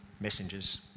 messengers